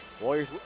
Warriors